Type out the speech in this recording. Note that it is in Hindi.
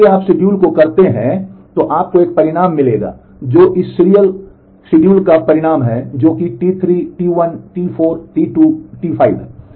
इसलिए यदि आप इस शिड्यूल कार्यक्रम का परिणाम है जो कि T3 T1 T4 T2 T5 है